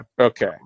okay